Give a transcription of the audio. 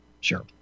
Sure